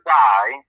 die